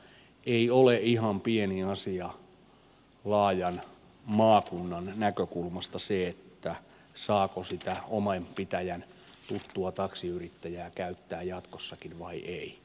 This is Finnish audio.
ei ole ihan pieni asia laajan maakunnan näkökulmasta se saako sitä oman pitäjän tuttua taksiyrittäjää käyttää jatkossakin vai ei